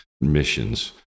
missions